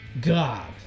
God